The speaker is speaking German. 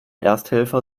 ersthelfer